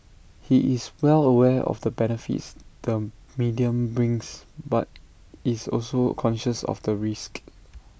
he is well aware of the benefits the medium brings but is also conscious of the risks